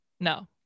no